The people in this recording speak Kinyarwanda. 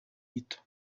kikiri